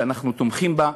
שאנחנו תומכים בה,